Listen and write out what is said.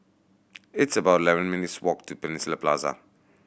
it's about eleven minutes' walk to Peninsula Plaza